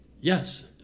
Yes